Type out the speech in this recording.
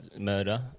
murder